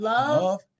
Love